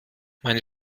meine